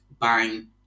bang